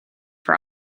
for